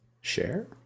share